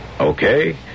Okay